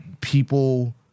People